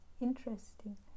interesting